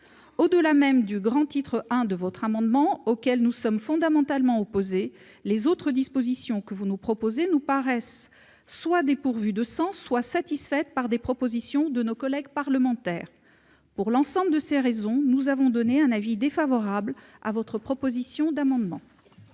Au-delà même du I de votre amendement, auquel nous sommes fondamentalement opposés, les autres dispositions que vous nous proposez nous paraissent soit dépourvues de sens, soit satisfaites par des propositions de nos collègues parlementaires. Pour l'ensemble de ces raisons, nous avons émis un avis défavorable sur votre amendement. L'amendement